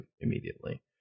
immediately